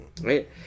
right